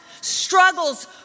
struggles